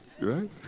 Right